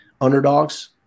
underdogs